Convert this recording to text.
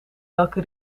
welke